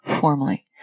formally